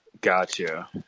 Gotcha